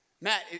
Matt